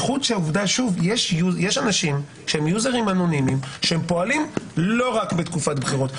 יש אנשים שהם יוזרים אנונימיים שהם פועלים לא רק בתקופת בחירות.